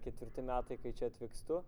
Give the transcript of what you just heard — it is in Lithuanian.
ketvirti metai kai čia atvykstu